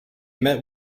met